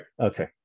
okay